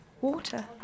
Water